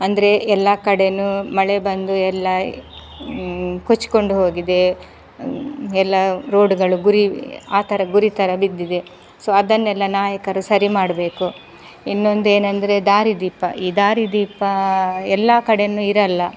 ಅಂದರೆ ಎಲ್ಲ ಕಡೆಯೂ ಮಳೆ ಬಂದು ಎಲ್ಲ ಕೊಚ್ಕೊಂಡು ಹೋಗಿದೆ ಎಲ್ಲ ರೋಡುಗಳು ಗುರಿ ಆ ಥರ ಗುರಿ ಥರ ಬಿದ್ದಿದೆ ಸೊ ಅದನ್ನೆಲ್ಲ ನಾಯಕರು ಸರಿ ಮಾಡಬೇಕು ಇನ್ನೊಂದೇನಂದರೆ ದಾರಿದೀಪ ಈ ದಾರಿದೀಪ ಎಲ್ಲ ಕಡೆನೂ ಇರೋಲ್ಲ